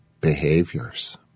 behaviors